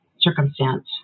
circumstance